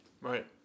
Right